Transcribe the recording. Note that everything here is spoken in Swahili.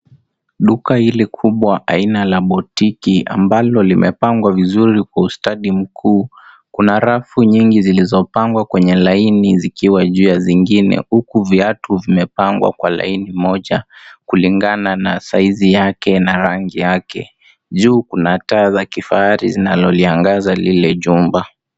Duka hili kubwa aina la botiki ambalo limepangwa vizuri kwa ustadi mkuu, kuna rafu nyingi zilizopangwa kwenye laini zikiwa juu ya zingine, huku viatu vimepangwa kwa laini moja kulingana na saizi yake na rangi yake, juu kuna taa za kifahari zinazoziangaza lile jumba.